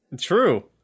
True